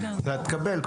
אתה תקבל.